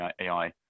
AI